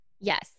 Yes